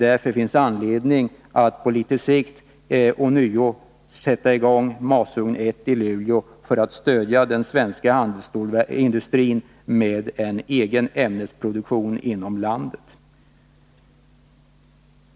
Därför finns det anledning att på litet sikt ånyo sätta i gång masugn 1 i Luleå för att stödja den svenska handelsstålverksindustrin med en egen ämnesproduktion inom landet.